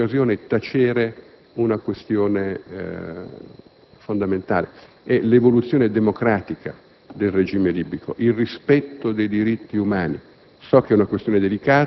tacere, in questa occasione, una questione fondamentale, quella dell'evoluzione democratica del regime libico, del rispetto dei diritti umani.